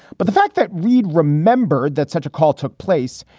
but the fact that reid remembered that such a call took place.